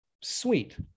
Sweet